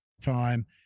time